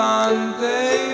Sunday